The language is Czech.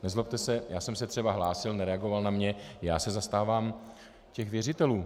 Nezlobte se, já jsem se třeba hlásil, nereagoval na mě, já se zastávám věřitelů.